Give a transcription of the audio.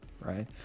Right